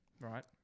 Right